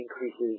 increases